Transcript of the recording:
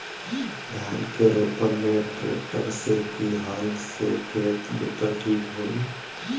धान के रोपन मे ट्रेक्टर से की हल से खेत जोतल ठीक होई?